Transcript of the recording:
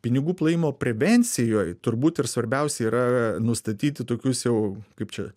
pinigų plovimo prevencijoj turbūt ir svarbiausia yra nustatyti tokius jau kaip čia